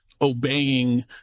obeying